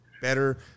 better